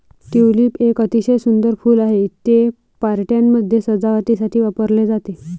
tulip एक अतिशय सुंदर फूल आहे, ते पार्ट्यांमध्ये सजावटीसाठी वापरले जाते